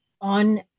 on